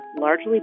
largely